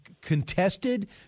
contested